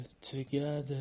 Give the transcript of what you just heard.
together